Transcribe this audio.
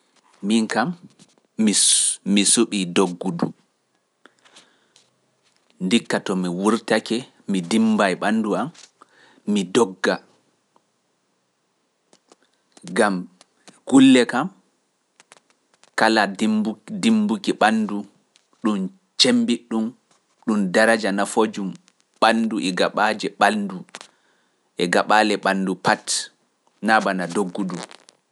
Miin kam mi suɓii doggudu, ndikka to mi wurtake mi dimmbay ɓanndu am mi dogga. Ngam kulle kam kala dimmbuk- dimmbuki ɓanndu ɗum cemmbiɗɗum ɗum daraja nafoojum ɓanndu e gaɓaaje ɓalndu, e gaɓaale ɓanndu pat naa bana doggudu.